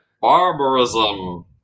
barbarism